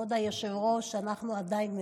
כבוד היושב-ראש, אנחנו עדיין ערים,